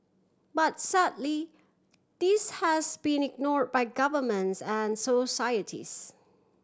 but sadly this has been ignore by governments and societies